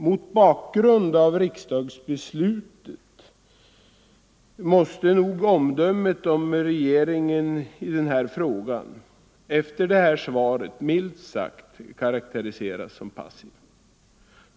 Mot bakgrund av riksdagsbeslutet måste nog regeringens inställning efter interpellationssvaret karakteriseras som, milt uttryckt, passiv.